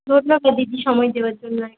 ধন্যবাদ দিদি সময় দেওয়ার জন্য